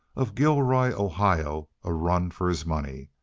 of gilroy, ohio, a run for his money,